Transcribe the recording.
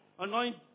Anoint